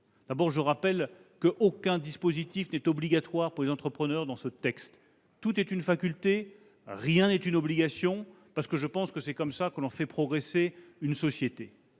d'abord, je rappelle qu'aucun dispositif n'est obligatoire pour les entrepreneurs dans ce texte. Tout est une faculté, rien n'est une obligation, parce que je pense que c'est ainsi que l'on fait progresser une société.